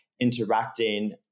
interacting